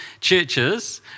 churches